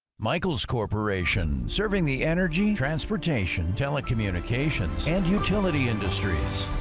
michel's corporation, serving the energy, transportation, telecommunications, and utility industries.